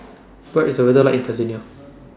What IS The weather like in Tanzania